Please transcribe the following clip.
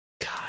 god